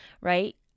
right